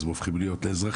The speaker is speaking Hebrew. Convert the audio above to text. אז הם הופכים להיות אזרחים.